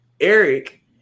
Eric